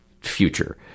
future